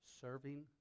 serving